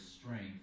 strength